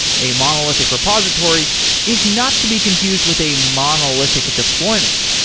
a monolithic repository is not to be confused with a monolithic deployment.